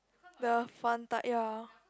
the fun time ya